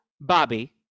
Bobby